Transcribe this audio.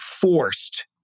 forced